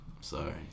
sorry